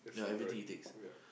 that's correct ya